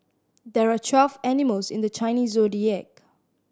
there are twelve animals in the Chinese Zodiac